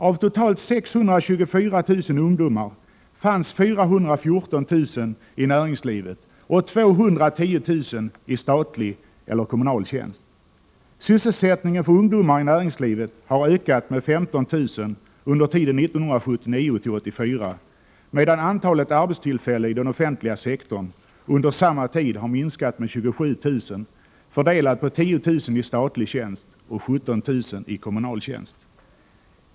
Av totalt 624 000 ungdomar fanns 414 000 i näringslivet och 210 000 i statlig eller kommunal tjänst. Sysselsättningen för ungdomar i näringslivet har ökat med 15 000 under tiden 1979-1984, medan antalet arbetstillfällen i den offentliga sektorn under samma tid har minskat med 27 000, fördelat på 10 000 i statlig tjänst och 17 000 i kommunal tjänst.